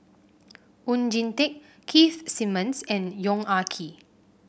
Oon Jin Teik Keith Simmons and Yong Ah Kee